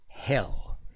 Hell